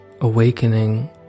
awakening